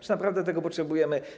Czy naprawdę tego potrzebujemy?